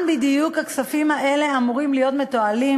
בדיוק הכספים האלה אמורים להיות מתועלים,